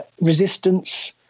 resistance